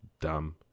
dumb